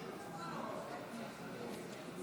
37 נגד.